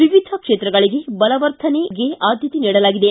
ವಿವಿಧ ಕ್ಷೇತ್ರಗಳ ಬಲವರ್ಧನೆಗೆ ಆದ್ಭತೆ ನೀಡಲಾಗಿದೆ